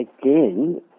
Again